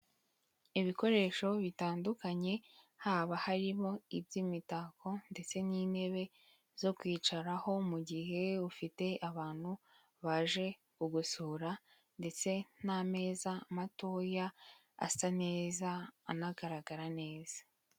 Ibikoresho bitandukanye haba harimo iby'imitako ndetse n'intebe zo kwicaraho mu gihe ufite abantu baje kugusura, ndetse n'ameza matoya asa neza anagaragara neza.